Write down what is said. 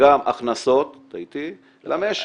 גם הכנסות למשק.